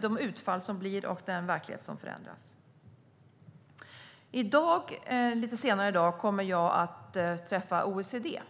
de utfall som blir och den föränderliga verkligheten. Lite senare i dag kommer jag att träffa OECD.